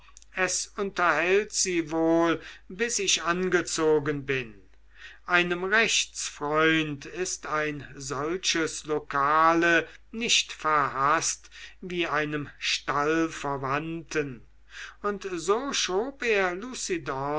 es unterhält sie wohl bis ich angezogen bin einem rechtsfreund ist ein solches lokale nicht verhaßt wie einem stallverwandten und so schob er